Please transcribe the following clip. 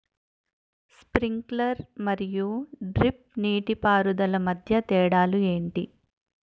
Sprinkler మరియు drip నీటిపారుదల మధ్య తేడాలు ఏంటి?